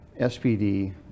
SPD